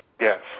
Yes